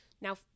now